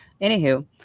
anywho